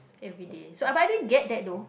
everyday so but I didn't get that though